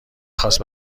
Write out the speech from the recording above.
خواست